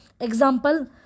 example